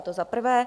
To za prvé.